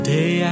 Day